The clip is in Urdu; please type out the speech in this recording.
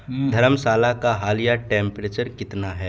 دھرم شالہ کا حالیہ ٹیمپریچر کتنا ہے